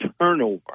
turnover